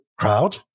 crowd